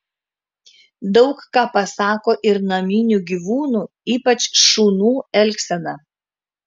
daug ką pasako ir naminių gyvūnų ypač šunų elgsena